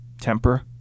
temper